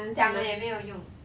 讲了也没有用